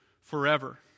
forever